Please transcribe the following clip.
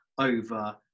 over